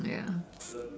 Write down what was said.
mm ya